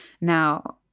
Now